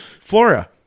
flora